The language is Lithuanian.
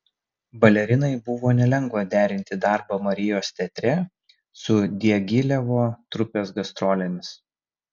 balerinai buvo nelengva derinti darbą marijos teatre su diagilevo trupės gastrolėmis